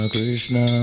Krishna